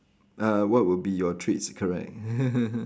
uh what would be your treats correct